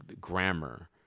grammar